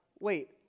wait